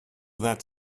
that